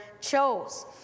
chose